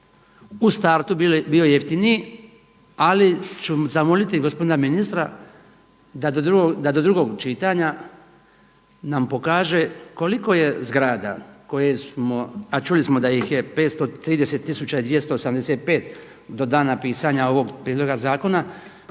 u startu je bio jeftiniji, ali ću zamoliti gospodina ministra da do drugog čitanja nam pokaže koliko je zgrada koje smo, a čuli smo da ih je 530 tisuća i 285 do dana pisanja ovoga prijedloga zakona,